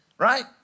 right